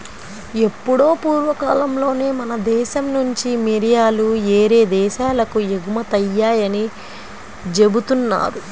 ఎప్పుడో పూర్వకాలంలోనే మన దేశం నుంచి మిరియాలు యేరే దేశాలకు ఎగుమతయ్యాయని జెబుతున్నారు